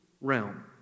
realm